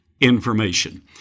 information